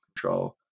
control